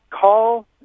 Call